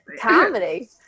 comedy